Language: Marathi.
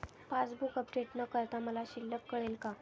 पासबूक अपडेट न करता मला शिल्लक कळेल का?